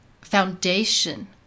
foundation